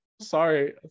Sorry